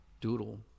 doodle